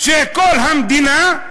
שכל המדינה,